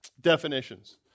definitions